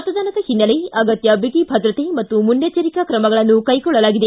ಮತದಾನದ ಹಿನ್ನೆಲೆ ಅಗತ್ತ ಬಿಗಿ ಭದ್ರತೆ ಹಾಗೂ ಮುನ್ನೆಚ್ಚರಿಕಾ ತ್ರಮಗಳನ್ನು ಕೈಗೊಳ್ಳಲಾಗಿದೆ